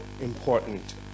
important